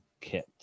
kit